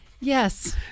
Yes